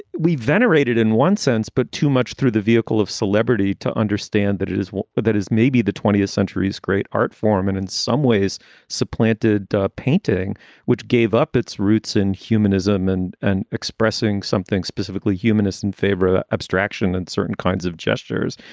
venerated in one sense, but too much through the vehicle of celebrity to understand that it is what that is. maybe the twentieth century's great art form and in some ways supplanted painting which gave up its roots in humanism and and expressing something specifically humanist in favor of abstraction and certain kinds of gestures.